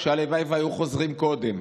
שהלוואי שהיו חוזרים קודם,